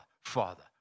Father